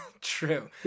True